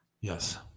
Yes